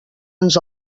ens